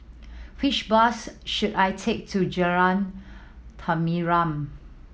which bus should I take to Jalan Tenteram